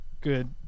good